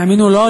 תאמינו או לא,